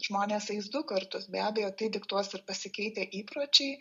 žmonės eis du kartus be abejo tai diktuos ir pasikeitę įpročiai